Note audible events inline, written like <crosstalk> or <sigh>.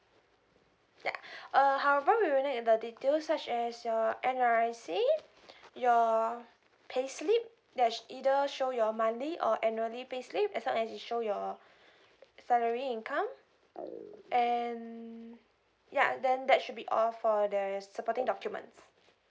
ya <breath> uh however we will need in the details such as your N_R_I_C your pay slip that's either show your monthly or annually pay slip as long as you show your salary income and ya then that should be all for the supporting documents